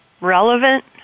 relevant